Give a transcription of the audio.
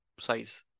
size